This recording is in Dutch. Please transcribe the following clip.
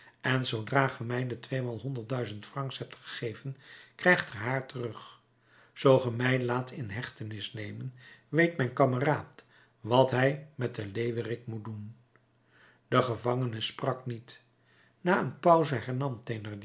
en zoodra ge mij de tweemaal honderd duizend francs hebt gegeven krijgt ge haar terug zoo ge mij laat in hechtenis nemen weet mijn kameraad wat hij met de leeuwerik moet doen de gevangene sprak niet na een pauze